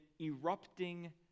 erupting